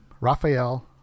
Raphael